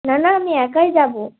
না না আমি একাই যাবো